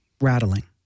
rattling